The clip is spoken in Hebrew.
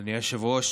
היושב-ראש,